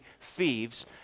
thieves